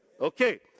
Okay